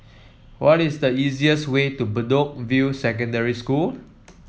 what is the easiest way to Bedok View Secondary School